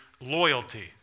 Loyalty